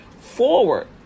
forward